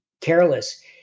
careless